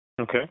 Okay